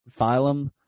phylum